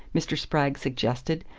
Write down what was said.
mr. spragg suggested,